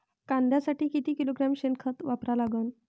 कांद्यासाठी किती किलोग्रॅम शेनखत वापरा लागन?